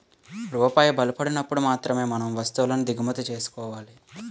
రూపాయి బలపడినప్పుడు మాత్రమే మనం వస్తువులను దిగుమతి చేసుకోవాలి